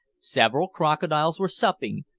several crocodiles were supping,